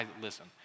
Listen